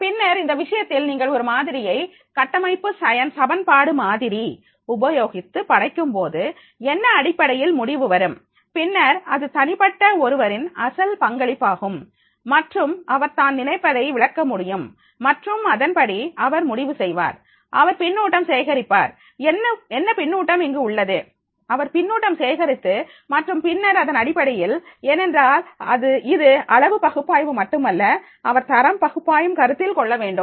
பின்னர் இந்த விஷயத்தில் நீங்கள் ஒரு மாதிரியை கட்டமைப்பு சமன்பாடு மாதிரி உபயோகித்து படைக்கும்போது என்ன அடிப்படையில் முடிவு வரும் பின்னர் அது தனிப்பட்ட ஒருவரின் அசல் பங்களிப்பாகும் மற்றும் அவர் தான் நினைப்பதை விளக்கமுடியும் மற்றும் அதன் படி அவர் முடிவு செய்வார் அவர் பின்னூட்டம் சேகரிப்பார் என்ன பின்னூட்டம் இங்கு உள்ளது அவர் பின்னூட்டம் சேகரித்து மற்றும் பின்னர் அதன் அடிப்படையில் ஏனென்றால் இது அளவு பகுப்பாய்வு மட்டுமல்ல அவர் தரம் பகுப்பாய்வும் கருத்தில் கொள்ளவேண்டும்